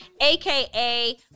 aka